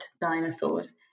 dinosaurs